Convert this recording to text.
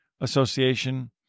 Association